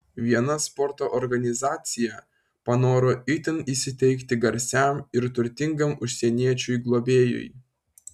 viena sporto organizacija panoro itin įsiteikti garsiam ir turtingam užsieniečiui globėjui